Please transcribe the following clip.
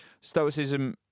stoicism